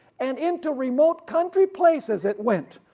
and into remote country places it went,